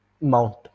Mount